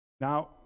Now